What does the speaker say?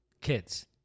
kids